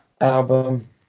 album